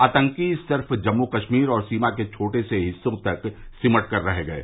आतंकी सिर्फ जम्मू कश्मीर और सीमा के छोटे से हिस्सों तक सिमट कर रह गये